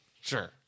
Sure